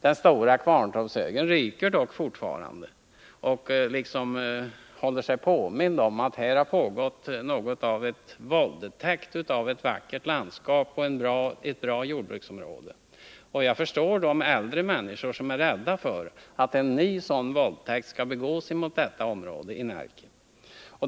Den stora Kvarntorpshögen ryker dock fortfarande och håller oss påminda om att här har begåtts något av en våldtäkt mot ett vackert landskap och ett bra jordbruksområde. Jag förstår de äldre människor som är rädda för att en ny sådan våldtäkt skall begås mot detta område i Närke.